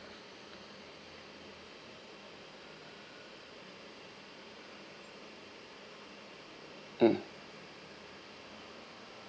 mm